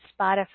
Spotify